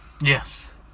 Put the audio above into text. Yes